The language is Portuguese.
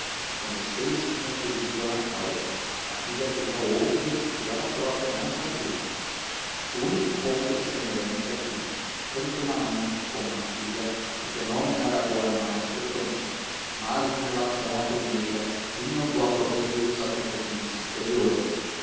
conheceis os motivos de d cláudia a filha teria outros que ela própria não sabia o único ponto de semelhança é que tanto na mãe como na filha o fenômeno era agora mais frequente mas em relação à primeira vinha do atropelo dos acontecimentos exteriores